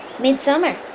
midsummer